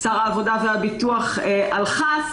"שר העבודה והביטוח הלכה",